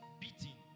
beating